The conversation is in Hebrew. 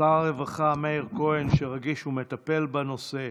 שר הרווחה מאיר כהן, שרגיש ומטפל בנושא.